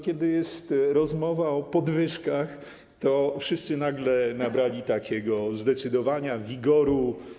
Kiedy jest rozmowa o podwyżkach, nagle wszyscy nabrali takiego zdecydowania, wigoru.